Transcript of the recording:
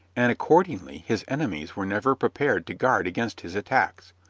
and accordingly his enemies were never prepared to guard against his attacks.